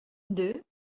deux